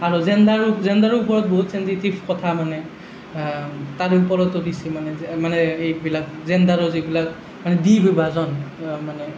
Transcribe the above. আৰু জেণ্ডাৰ জেণ্ডাৰৰ ওপৰত বহুত চেনচিটিভ কথা মানে তাৰ ওপৰতো দিছি মানে যে মানে এইবিলাক জেণ্ডাৰৰ যিবিলাক মানে দ্বিবিভাজন মানে